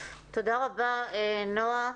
תודה רבה, נועה.